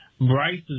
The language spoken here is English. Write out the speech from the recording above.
Bryce